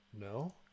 no